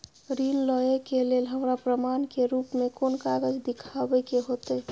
ऋण लय के लेल हमरा प्रमाण के रूप में कोन कागज़ दिखाबै के होतय?